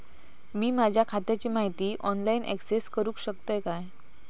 मी माझ्या खात्याची माहिती ऑनलाईन अक्सेस करूक शकतय काय?